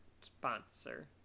sponsor